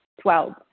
Twelve